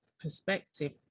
perspective